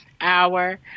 hour